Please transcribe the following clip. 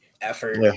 effort